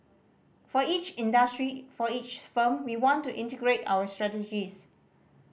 for each industry for each firm we want to integrate our strategies